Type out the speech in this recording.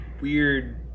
weird